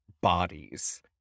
bodies